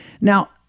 Now